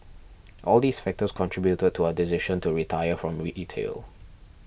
all these factors contributed to our decision to retire from retail